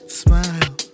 smile